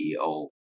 CEO